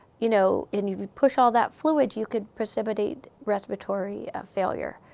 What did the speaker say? you know, and you push all that fluid, you could precipitate respiratory failure.